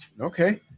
Okay